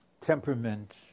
temperament